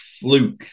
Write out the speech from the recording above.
fluke